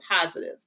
positive